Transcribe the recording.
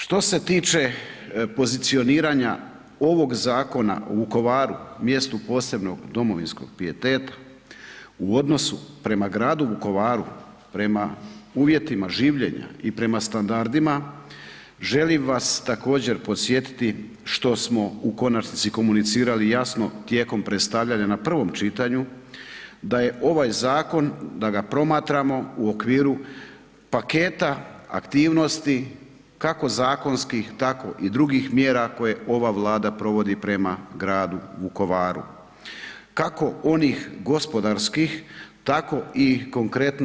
Što se tiče pozicioniranja ovog Zakona o Vukovaru mjestu posebnog domovinskog pijeteta u odnosu prema gradu Vukovaru, prema uvjetima življenja i prema standardima želim vas također podsjetiti što smo u konačnici komunicirali jasno tijekom predstavljanja na prvom čitanju da je ovaj zakon, da ga promatramo u okviru paketa aktivnosti kako zakonskih tako i drugih mjera koje ova Vlada provodi prema gradu Vukovaru, kako onih gospodarskih tako i konkretno.